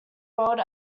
world